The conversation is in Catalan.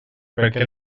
perquè